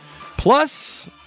Plus